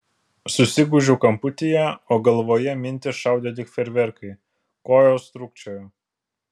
susigūžiau kamputyje o galvoje mintys šaudė lyg fejerverkai kojos trūkčiojo